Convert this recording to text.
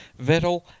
Vettel